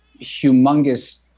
humongous